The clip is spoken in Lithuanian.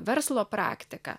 verslo praktiką